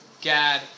Gad